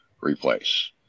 replace